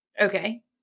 Okay